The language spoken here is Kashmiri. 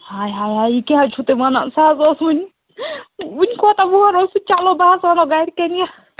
ہاے ہاے ہاے یہِ کیٛاہ حظ چھُو تُہۍ ونان سُہ حظ اوس وُنہِ وُنہِ کوتاہ وُہُراوس سُہ چلو بہٕ حظ ونہو گَرِکیٚن یہِ